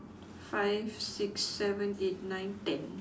five six seven eight nine ten